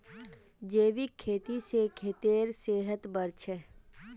जैविक खेती स खेतेर सेहत बढ़छेक